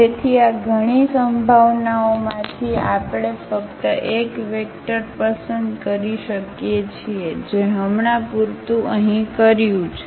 તેથી આ ઘણી સંભાવનાઓમાંથી આપણે ફક્ત એક વેક્ટર પસંદ કરી શકીએ છીએ જે હમણાં પૂરતું અહીં કર્યું છે